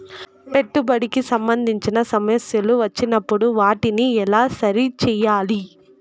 పెట్టుబడికి సంబంధించిన సమస్యలు వచ్చినప్పుడు వాటిని ఎలా సరి చేయాలి?